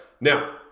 Now